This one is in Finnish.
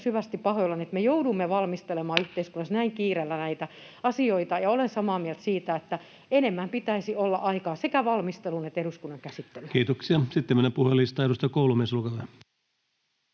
syvästi pahoillani siitä, että me joudumme valmistelemaan yhteiskunnassa näin kiireellä näitä asioita. Olen samaa mieltä siitä, että enemmän pitäisi olla aikaa sekä valmisteluun että eduskunnan käsittelyyn. Kiitoksia. — Sitten mennään puhujalistaan. Edustaja Koulumies, olkaa